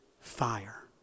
Fire